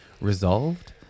resolved